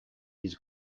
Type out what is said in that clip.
his